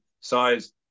size